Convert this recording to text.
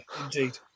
indeed